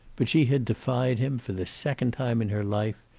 but she had defied him, for the second time in her, life,